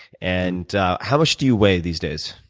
and how much do you weigh these days?